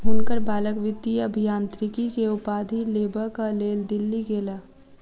हुनकर बालक वित्तीय अभियांत्रिकी के उपाधि लेबक लेल दिल्ली गेला